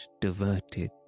diverted